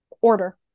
order